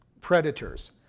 predators